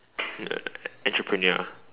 entrepreneur